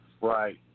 Right